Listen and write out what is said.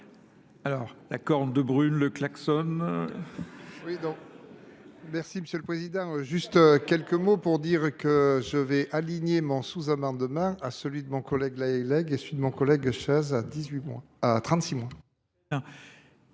Alors, la corne de brune, le klaxon... Merci Monsieur le Président. Juste quelques mots pour dire que je vais aligner mon sous-amende demain à celui de mon collègue Laelegue et celui de mon collègue Chaz à 36 mois.